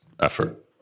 effort